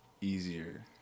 easier